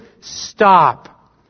Stop